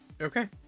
Okay